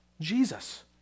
Jesus